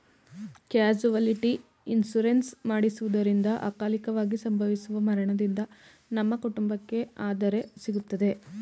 casualty insurance ಮಾಡಿಸುವುದರಿಂದ ಅಕಾಲಿಕವಾಗಿ ಸಂಭವಿಸುವ ಮರಣದಿಂದ ನಮ್ಮ ಕುಟುಂಬಕ್ಕೆ ಆದರೆ ಸಿಗುತ್ತದೆ